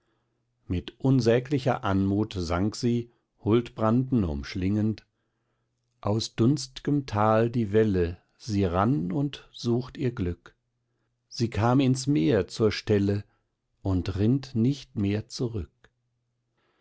mit unsäglicher anmut sang sie huldbranden umschlingend aus dunst'gem tal die welle sie rann und sucht ihr glück sie kam ins meer zur stelle und rinnt nicht mehr zurück